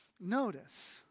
notice